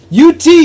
UT